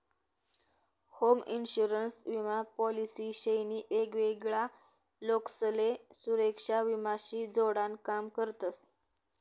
home insurance विमा policy शे नी वेगवेगळा लोकसले सुरेक्षा विमा शी जोडान काम करतस